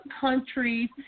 countries